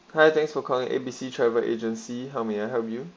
hi thanks for calling A B C travel agency how may I help you